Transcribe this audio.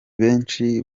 benshi